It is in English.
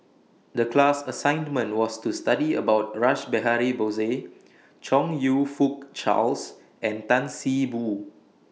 The class assignment was to study about Rash Behari Bose Chong YOU Fook Charles and Tan See Boo